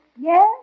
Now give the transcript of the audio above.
Yes